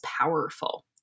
powerful